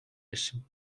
رسیم